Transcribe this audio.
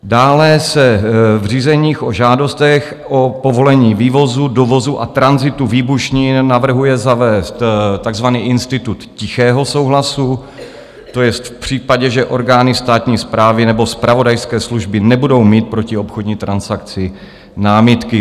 Dále se v řízeních o žádostech o povolení vývozu, dovozu a tranzitu výbušnin navrhuje zavést takzvaný institut tichého souhlasu, to jest v případě, že orgány státní správy nebo zpravodajské služby nebudou mít proti obchodní transakci námitky.